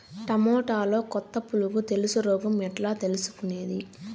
టమోటాలో కొత్త పులుగు తెలుసు రోగం ఎట్లా తెలుసుకునేది?